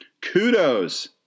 kudos